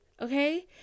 Okay